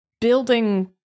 building